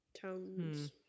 tones